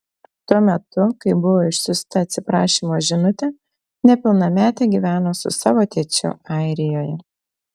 tuo metu kai buvo išsiųsta atsiprašymo žinutė nepilnametė gyveno su savo tėčiu airijoje